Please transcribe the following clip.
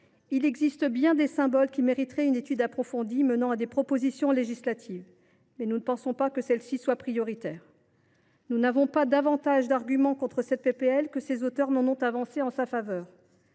Il existe bien des symboles qui mériteraient une étude approfondie menant à des propositions législatives. Je ne pense pas que celui ci soit prioritaire. Nous n’avons pas davantage d’arguments contre cette proposition de loi que ses auteurs n’en ont avancé en sa faveur.